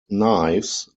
knives